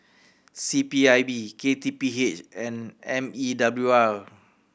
C P I B K T P H and M E W R